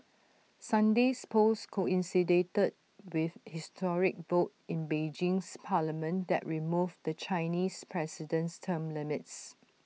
Sunday's polls coincided with historic vote in Beijing's parliament that removed the Chinese president's term limits